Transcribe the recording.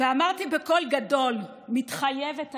ואמרתי בקול גדול: "מתחייבת אני".